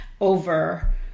over